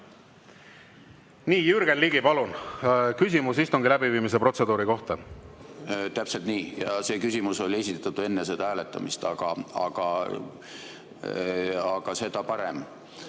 Jürgen Ligi, palun küsimus istungi läbiviimise protseduuri kohta! Täpselt nii. Ja see küsimus oli esitatud enne seda hääletamist, aga seda parem,